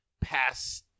past